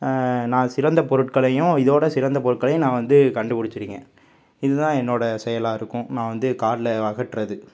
நான் சிறந்த பொருட்களையும் இதோடய சிறந்த பொருட்களையும் நான் வந்து கண்டுபிடிச்சிருக்கேன் இதுதான் என்னோடய செயலாக இருக்கும் நான் வந்து கார்டில் அகற்றது